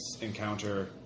encounter